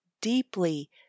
deeply